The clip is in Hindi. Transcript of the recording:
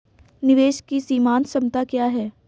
निवेश की सीमांत क्षमता क्या है?